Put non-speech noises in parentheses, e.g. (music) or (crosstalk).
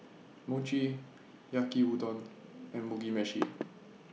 Mochi Yaki Udon and Mugi Meshi (noise)